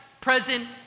present